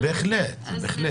בהחלט, בהחלט.